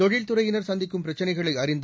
தொழில் துறையினர் சந்திக்கும் பிரச்சினைகளை அறிந்து